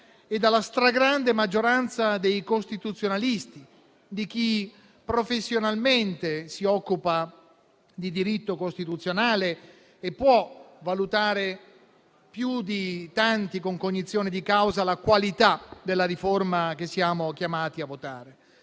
e dalla stragrande maggioranza dei costituzionalisti, di chi professionalmente si occupa di diritto costituzionale e può valutare più di tanti, con cognizione di causa, la qualità della riforma che siamo chiamati a votare.